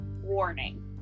warning